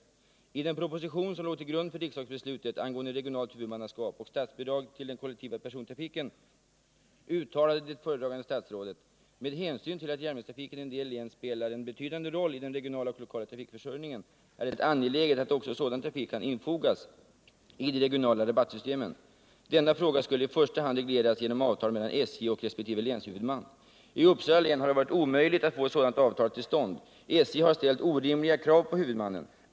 17 I den proposition som låg till grund för riksdagsbeslutet angående regionalt huvudmannaskap och statsbidrag till den kollektiva persontrafiken uttalade föredragande statsrådet: ”Med hänsyn till att järnvägstrafiken i en del län spelar en betydande roll i den regionala och lokala trafikförsörjningen är det —--- angeläget att också sådan trafik -—-—- kan infogas i de regionala rabattsystemen.” Denna fråga skulle i första hand regleras genom avtal mellan SJ och resp. läns huvudman. I Uppsala län har det varit omöjligt att få ett sådant avtal till stånd. SJ har ställt orimliga krav på huvudmannen.